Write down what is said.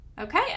Okay